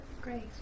Great